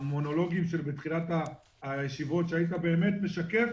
המונולוגים בתחילת הישיבות, שהיית משקף